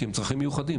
כי הם צרכים מיוחדים.